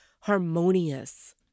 harmonious